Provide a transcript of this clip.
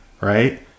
right